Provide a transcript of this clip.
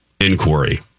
inquiry